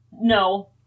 no